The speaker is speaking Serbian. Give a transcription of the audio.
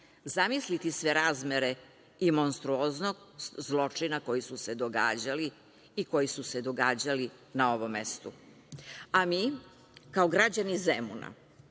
zamisliti sve razmere i monstruoznost zločina koji su se događali i koji su se događali na ovom mestu, a mi kao građani Zemuna,